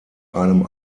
einem